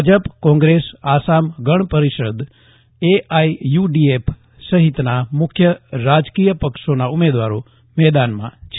Bhajap Congress Assam Gana Parishad છૈંઠ્ઢહ્વ સહિતના મુખ્ય રાજકીય પક્ષોના ઉમેદવારો મેદાનમાં છે